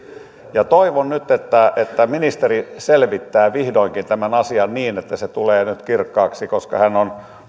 ja toivon nyt että että ministeri selvittää vihdoinkin tämän asian niin että se tulee nyt kirkkaaksi koska hän on